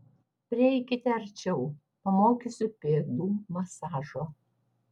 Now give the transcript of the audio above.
prieikite arčiau pamokysiu pėdų masažo